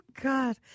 God